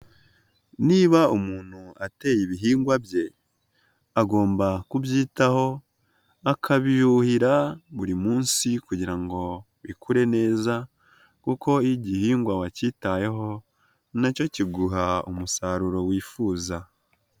Niba umuntu ateye ibihingwa bye, agomba kubyitaho akabiyuhira buri munsi kugira ngo bikure neza kuko iyo igihingwa wakitayeho nacyo kiguha umusaruro wifuza.